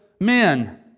men